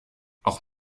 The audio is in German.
auch